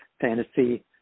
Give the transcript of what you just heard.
fantasy